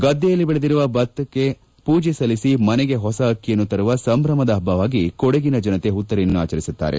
ಗದ್ದೆಯಲ್ಲಿ ಬೆಳೆದಿರುವ ಭತಕ್ಕೆ ಪೂಜೆ ಸಲ್ಲಿಸಿ ಮನೆಗೆ ಹೊಸ ಅಕ್ಕಿಯನ್ನು ತರುವ ಸಂಭ್ರಮದ ಹಬ್ಬವಾಗಿ ಕೊಡಗಿನ ಜನತೆ ಹುತ್ತರಿಯನ್ನು ಆಚರಿಸುತ್ತಾರೆ